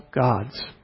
gods